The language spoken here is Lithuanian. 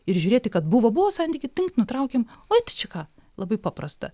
ir žiūrėti kad buvo buvo santykiai tinkt nutraukėm oj tai čia ką labai paprasta